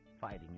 fighting